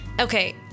Okay